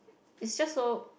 it's just so